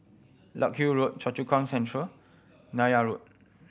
Larkhill Road Choa Chu Kang Central Neythai Road